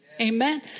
Amen